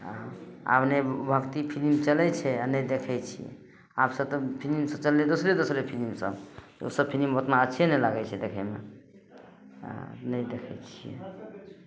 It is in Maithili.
आ आब नहि भक्ति फिलिम चलै छै आ नहि देखै छियै आबसँ तऽ फिलिम सब चललै दोसरे दोसरे फिलिम सब तऽ उ सब फिलिम ओतना अच्छे नहि लागै छै देखैमे आ नहि देखै छियै